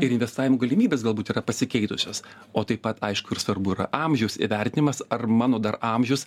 ir investavimo galimybės galbūt yra pasikeitusios o taip pat aišku ir svarbu yra amžiaus įvertinimas ar mano dar amžius